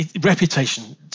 reputation